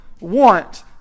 want